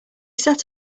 sat